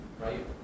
right